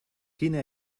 quina